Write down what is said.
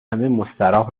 مستراح